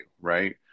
right